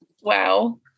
wow